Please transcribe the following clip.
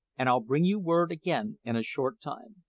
and i'll bring you word again in a short time.